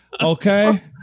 Okay